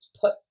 put